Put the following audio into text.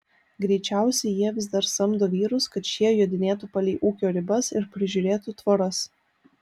greičiausiai jie vis dar samdo vyrus kad šie jodinėtų palei ūkio ribas ir prižiūrėtų tvoras